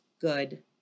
good